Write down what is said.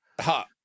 Ha